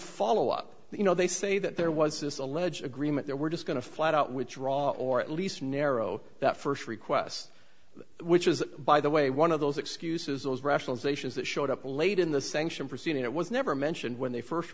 follow up you know they say that there was this alleged agreement they were just going to flat out which draw or at least narrow that first request which is by the way one of those excuses those rationalizations that showed up late in the sanction proceeding it was never mentioned when they first